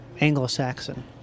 Anglo-Saxon